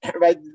right